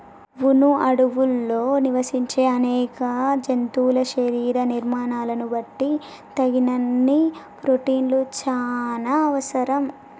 వును అడవుల్లో నివసించే అనేక జంతువుల శరీర నిర్మాణాలను బట్టి తగినన్ని ప్రోటిన్లు చానా అవసరం